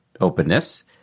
openness